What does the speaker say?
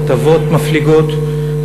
הטבות מפליגות,